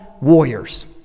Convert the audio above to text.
warriors